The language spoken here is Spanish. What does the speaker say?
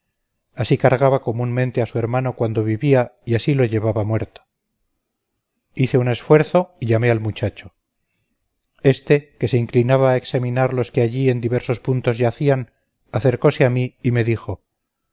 así cargaba comúnmente a su hermano cuando vivía y así lo llevaba muerto hice un esfuerzo y llamé al muchacho este que se inclinaba a examinar a los que allí en diversos puntos yacían acercose a mí y me dijo